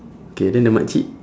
okay then the mak cik